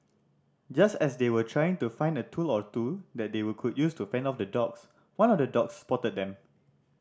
just as they were trying to find a tool or two that they would could use to fend off the dogs one of the dogs spotted them